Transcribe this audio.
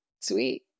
Sweet